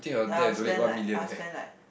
then I'll spend like I'll spend like